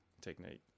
technique